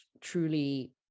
truly